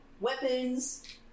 weapons